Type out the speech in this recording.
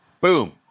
Boom